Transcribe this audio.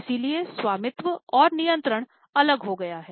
इसलिए स्वामित्व और नियंत्रण अलग हो गया है